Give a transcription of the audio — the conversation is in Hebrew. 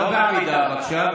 לא בעמידה בבקשה,